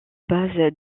base